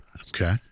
Okay